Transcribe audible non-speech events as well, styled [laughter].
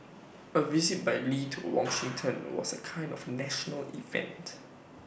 A visit by lee to Washington [noise] was A kind of national event